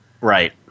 Right